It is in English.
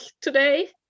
today